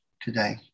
today